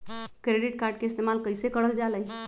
Credit card के इस्तेमाल कईसे करल जा लई?